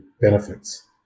benefits